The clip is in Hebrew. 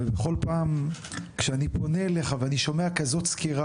ובכל פעם כשאני פונה אליך ושומע כזאת סקירה